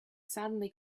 suddenly